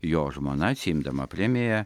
jo žmona atsiimdama premiją